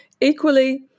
Equally